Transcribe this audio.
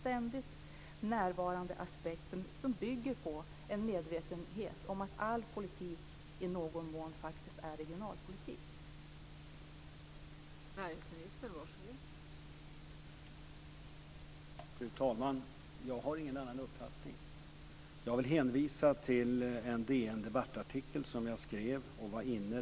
Troligtvis kommer nästa prognos som kommer att ligga högre än 3,6 %.